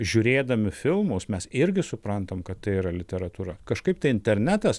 žiūrėdami filmus mes irgi suprantam kad tai yra literatūra kažkaip tai internetas